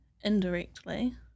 indirectly